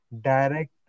direct